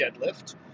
deadlift